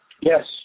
Yes